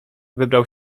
wybrał